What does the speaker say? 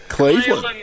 Cleveland